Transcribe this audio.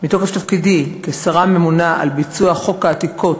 מתוקף תפקידי כשרה הממונה על ביצוע חוק העתיקות,